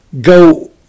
go